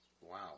wow